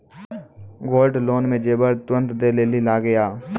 Gold loan मे जेबर तुरंत दै लेली लागेया?